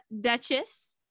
Duchess